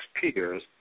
peers